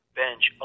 bench